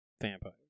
Vampire